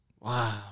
Wow